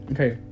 Okay